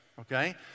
okay